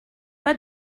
pas